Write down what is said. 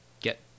get